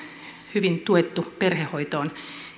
hyvin tuettu perhehoito on